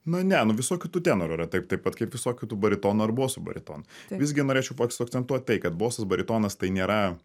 na ne nu visokių tų tenorų yra taip taip pat kaip visokių tų baritonų ar bosų baritonų visgi norėčiau akcentuot tai kad bosas baritonas tai nėra